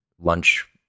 lunch